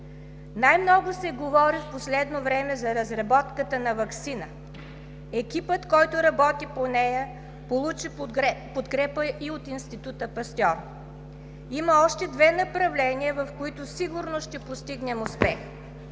Най-много се говори в последно време за разработката на ваксина. Екипът, който работи по нея, получи подкрепа и от Института „Пастьор“. Има още две направления, в които сигурно ще постигнем успех.